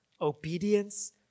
obedience